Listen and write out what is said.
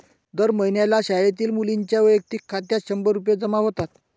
दर महिन्याला शाळेतील मुलींच्या वैयक्तिक खात्यात शंभर रुपये जमा होतात